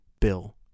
bill